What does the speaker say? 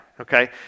Okay